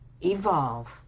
evolve